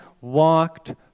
walked